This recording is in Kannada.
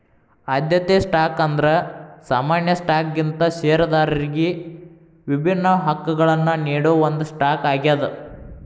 ಆದ್ಯತೆ ಸ್ಟಾಕ್ ಅಂದ್ರ ಸಾಮಾನ್ಯ ಸ್ಟಾಕ್ಗಿಂತ ಷೇರದಾರರಿಗಿ ವಿಭಿನ್ನ ಹಕ್ಕಗಳನ್ನ ನೇಡೋ ಒಂದ್ ಸ್ಟಾಕ್ ಆಗ್ಯಾದ